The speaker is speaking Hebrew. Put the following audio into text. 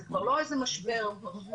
זה כבר לא איזה משבר רחוק,